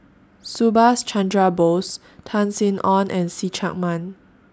Subhas Chandra Bose Tan Sin Aun and See Chak Mun